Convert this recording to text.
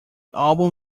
album